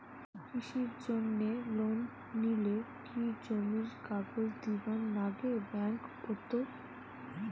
কৃষির জন্যে লোন নিলে কি জমির কাগজ দিবার নাগে ব্যাংক ওত?